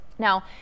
Now